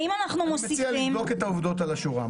אני מציע לבדוק את העובדות לאשורן.